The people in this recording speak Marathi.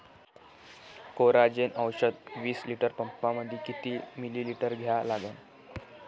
कोराजेन औषध विस लिटर पंपामंदी किती मिलीमिटर घ्या लागन?